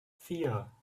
vier